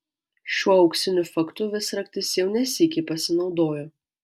šiuo auksiniu faktu visraktis jau ne sykį pasinaudojo